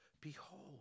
Behold